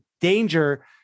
danger